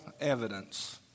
evidence